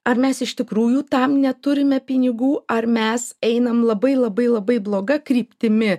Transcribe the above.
ar mes iš tikrųjų tam neturime pinigų ar mes einam labai labai labai bloga kryptimi